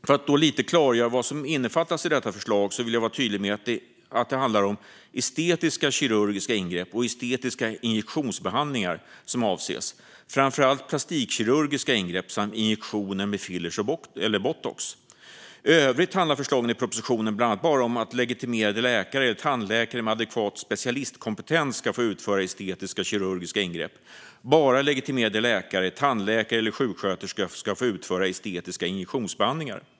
För att klargöra lite vad detta förslag innefattar vill jag vara tydlig med att det är estetiska kirurgiska ingrepp och estetiska injektionsbehandlingar som avses, framför allt plastikkirurgiska ingrepp samt injektioner med fillers eller botox. I övrigt handlar förslagen i propositionen bland annat om att bara legitimerade läkare eller tandläkare med adekvat specialistkompetens ska få utföra estetiska kirurgiska ingrepp och att bara legitimerade läkare, tandläkare eller sjuksköterskor ska få utföra estetiska injektionsbehandlingar.